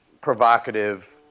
provocative